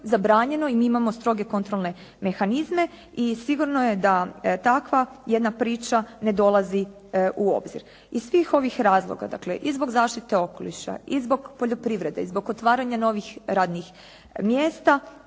i mi imamo stroge kontrolne mehanizme. I sigurno je da takva jedna priča ne dolazi u obzir. Iz svih ovih razloga, dakle i zbog zaštite okoliša i zbog poljoprivrede, i zbog otvaranja novih radnih mjesta